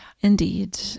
Indeed